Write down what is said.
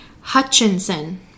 Hutchinson